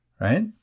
right